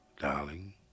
darling